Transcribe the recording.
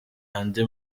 andi